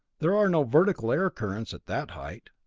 there are no vertical air currents at that height.